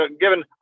given